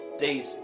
Days